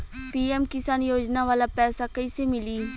PM किसान योजना वाला पैसा कईसे मिली?